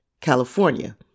California